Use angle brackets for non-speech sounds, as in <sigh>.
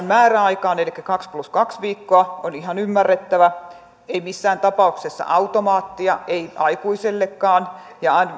<unintelligible> määräaika elikkä kaksi plus kaksi viikkoa on ihan ymmärrettävä ei missään tapauksessa automaattia ei aikuisellekaan ja se